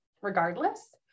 regardless